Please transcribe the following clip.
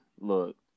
look